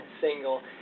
single